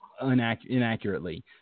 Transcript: Inaccurately